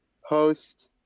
host